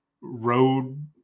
road